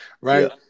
right